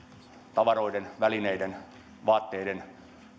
tavaroiden välineiden vaatteiden